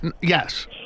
Yes